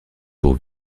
pour